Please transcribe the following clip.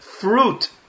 fruit